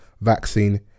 vaccine